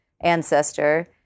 ancestor